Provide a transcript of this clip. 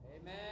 Amen